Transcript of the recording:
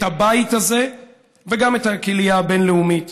את הבית הזה וגם את הקהילה הבין-לאומית.